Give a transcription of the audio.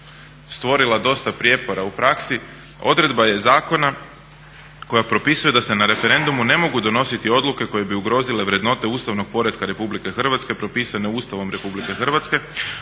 stvorila dosta prijepora u praksi, odredba je zakona koja propisuje da se na referendumu ne mogu donositi odluke koje bi ugrozile vrednote ustavnog poretka RH propisane Ustavom Republike Hrvatske,